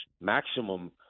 maximum